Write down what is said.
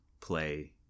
play